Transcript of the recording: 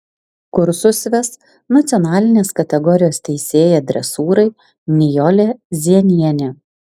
kursus ves nacionalinės kategorijos teisėja dresūrai nijolė zienienė